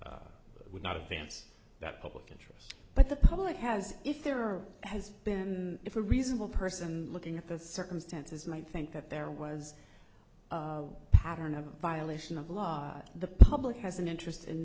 would not advance that public interest but the public has if there has been if a reasonable person looking at the circumstances might think that there was pattern of a violation of law the public has an interest in